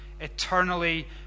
eternally